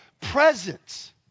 presence